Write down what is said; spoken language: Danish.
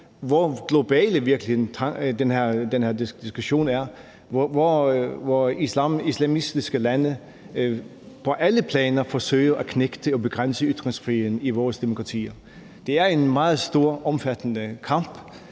hvor global den her diskussion i virkeligheden er, hvor islamistiske lande på alle planer forsøger at knægte og begrænse ytringsfriheden i vores demokratier. Det er en meget stor og omfattende kamp.